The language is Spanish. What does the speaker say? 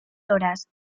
horas